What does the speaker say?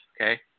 Okay